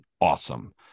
Awesome